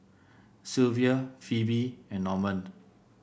Silvia Phoebe and Normand